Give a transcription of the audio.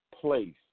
place